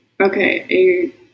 Okay